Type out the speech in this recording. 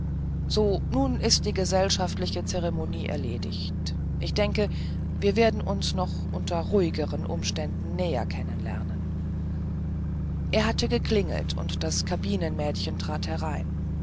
so nun ist die gesellschaftliche zeremonie erledigt ich denke wir werden uns noch unter ruhigeren umständen näher kennen lernen er hatte geklingelt und das kabinenmädchen trat jetzt herein